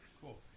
Cool